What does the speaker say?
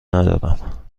ندارم